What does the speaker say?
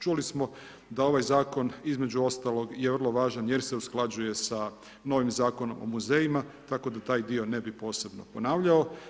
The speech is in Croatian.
Čuli smo da ovaj zakon između ostalog je vrlo važan jer se usklađuje sa novim Zakonom o muzejima tako da taj dio ne bih posebno ponavljao.